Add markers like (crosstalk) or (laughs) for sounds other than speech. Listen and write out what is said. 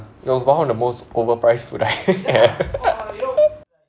it was one of the most overpriced food I (laughs) had (laughs)